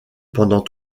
pendant